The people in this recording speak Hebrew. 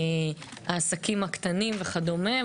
העסקים הקטנים וכדומה.